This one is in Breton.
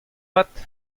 vat